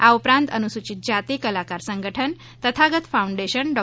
આ ઉપરાંત અનુસૂચિત જાતિ કલાકાર સંગઠન તથાગત ફાઉન્ડેશન ડૉ